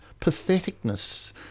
patheticness